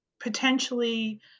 potentially